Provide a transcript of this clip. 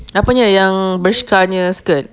apanya yang birch car punya skirt